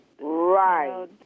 Right